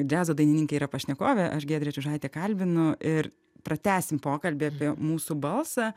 džiazo dainininkė yra pašnekovė aš giedrė čiužaitė kalbinu ir pratęsim pokalbį apie mūsų balsą